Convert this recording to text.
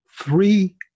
Three